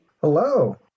Hello